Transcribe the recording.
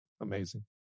Amazing